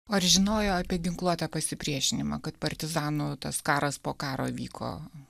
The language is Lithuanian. ar žinojo apie ginkluotą pasipriešinimą kad partizanų tas karas po karo vyko